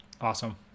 Awesome